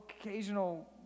occasional